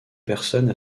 personnes